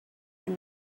your